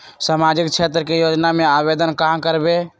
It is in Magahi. सामाजिक क्षेत्र के योजना में आवेदन कहाँ करवे?